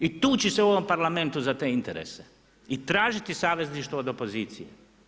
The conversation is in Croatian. I tući se u ovom Parlamentu za te interese i tražiti savezništvo od opozicije.